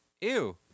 ew